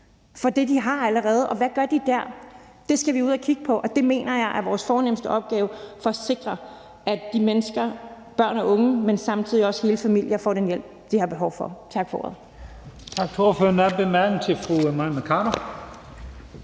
med det, de har allerede. Hvad gør de der? Det skal vi ud og kigge på, og det mener jeg er vores fornemste opgave for at sikre, at de mennesker – børn og unge, men samtidig også hele familier – får den hjælp, de har behov for. Tak for ordet.